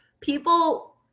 People